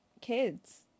kids